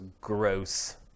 gross